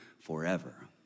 forever